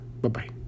Bye-bye